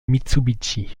mitsubishi